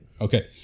Okay